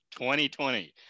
2020